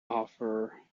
offer